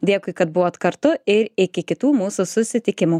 dėkui kad buvot kartu ir iki kitų mūsų susitikimų